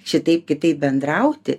šitaip kitaip bendrauti